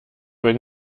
wenn